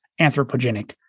anthropogenic